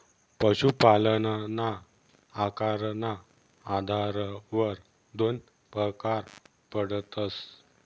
पशुपालनना आकारना आधारवर दोन परकार पडतस